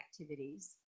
activities